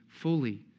fully